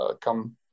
come